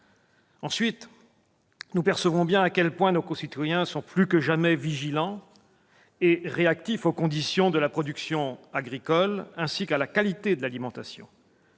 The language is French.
En outre, nous percevons bien à quel point nos concitoyens sont plus que jamais vigilants et réactifs s'agissant des conditions de la production agricole, ainsi que de la qualité de l'alimentation.